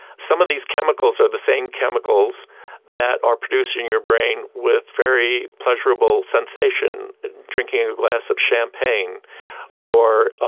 some of these chemicals are the same chemicals that are produced in your brain with very pleasurable sensation drinking a glass of champagne or, ah